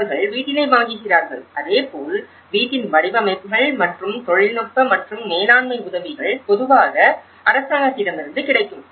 அவர்கள் வீட்டினை வாங்குகிறார்கள் அதேபோல் வீட்டின் வடிவமைப்புகள் மற்றும் தொழில்நுட்ப மற்றும் மேலாண்மை உதவிகள் பொதுவாக அரசாங்கத்திடமிருந்து கிடைக்கும்